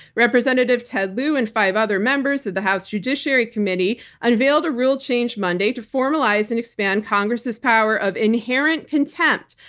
representative ted lieu and five other members of the house judiciary committee unveiled a rule change monday to formalize and expand congress' power of inherent contempt,